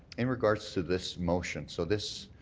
in regards to this motion, so this,